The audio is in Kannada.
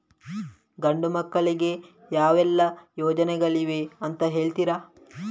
ಗಂಡು ಮಕ್ಕಳಿಗೆ ಯಾವೆಲ್ಲಾ ಯೋಜನೆಗಳಿವೆ ಅಂತ ಹೇಳ್ತೀರಾ?